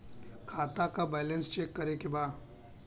खाता का balance check करे के बा?